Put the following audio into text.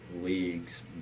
leagues